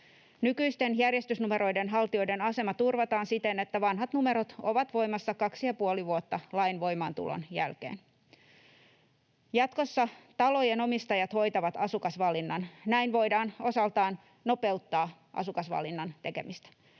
Nykyisten järjestysnumeroiden haltijoiden asema turvataan siten, että vanhat numerot ovat voimassa kaksi ja puoli vuotta lain voimaantulon jälkeen. Jatkossa talojen omistajat hoitavat asukasvalinnan. Näin voidaan osaltaan nopeuttaa asukasvalinnan tekemistä.